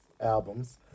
albums